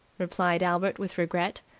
replied albert with regret.